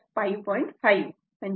5 35